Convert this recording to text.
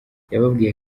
yababwiye